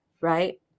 Right